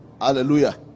Hallelujah